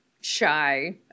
shy